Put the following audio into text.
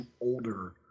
older